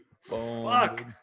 Fuck